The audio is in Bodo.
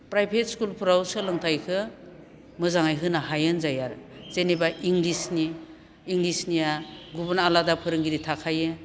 प्राइभेट स्कुलफ्राव सोलोंथाइखो मोजाङै होनो हायो होनजायो आरो जेनेबा इंलिसनि इंलिसनिया गुबुन आलादा फोरोंगिरि थाखायो